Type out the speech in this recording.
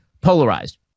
polarized